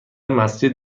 مسجد